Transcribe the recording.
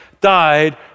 died